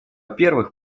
первых